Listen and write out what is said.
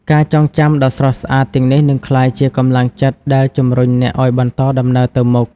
ការចងចាំដ៏ស្រស់ស្អាតទាំងនេះនឹងក្លាយជាកម្លាំងចិត្តដែលជំរុញអ្នកឱ្យបន្តដំណើរទៅមុខ។